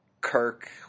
Kirk